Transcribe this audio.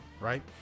Right